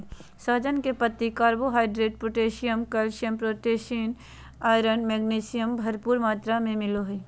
सहजन के पत्ती से carbohydrate, protein, calcium, potassium, iron, magnesium, भरपूर मात्रा में मिलो हइ